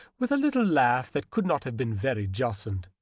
with a little laugh that could not have been very jocund.